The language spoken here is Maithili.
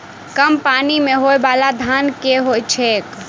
कम पानि मे होइ बाला धान केँ होइ छैय?